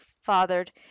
fathered